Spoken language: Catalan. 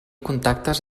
contactes